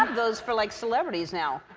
um those for like celebrities now.